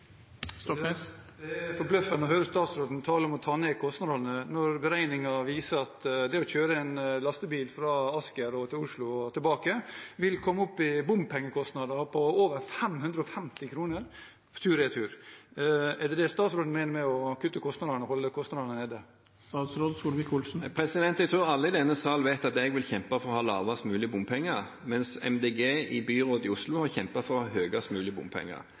realisere. Det er forbløffende å høre statsråden tale om å ta ned kostnadene, når beregninger viser at det å kjøre en lastebil fra Asker til Oslo og tilbake vil komme opp i bompengekostnader på over 550 kr tur–retur. Er det det statsråden mener med å kutte kostnadene og holde kostnadene nede? Jeg tror alle i denne sal vet at jeg vil kjempe for lavest mulige bompengesatser, mens Miljøpartiet De Grønne i byrådet i Oslo har kjempet for en høyest mulig